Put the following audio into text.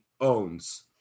owns